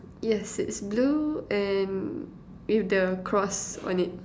um yes it's blue and with the cross on it